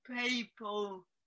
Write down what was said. people